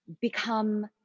become